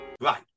Right